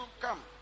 come